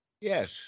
Yes